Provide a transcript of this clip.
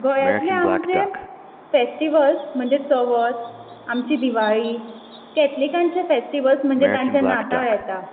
गोयांतले आमचे फेस्टिवल्स म्हणजे चवथ आमची दिवाळी कैथलिकांचे फेस्टिव्हलस म्हणजे तांचे नाताळ येता